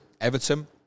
Everton